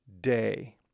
day